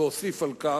ואוסיף על כך: